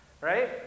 right